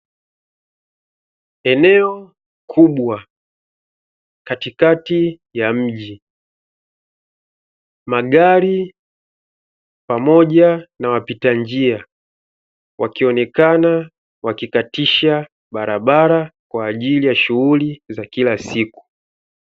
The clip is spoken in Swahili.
Eneo kubwa katikati ya mji magari pamoja na wapita njia, wakionekana wakikatisha barabara kwa ajili ya shughuli za kila siku.